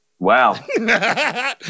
wow